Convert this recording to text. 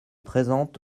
présente